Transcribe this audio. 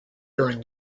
during